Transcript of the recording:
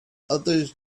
others